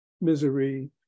misery